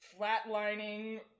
flatlining